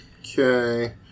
Okay